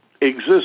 exist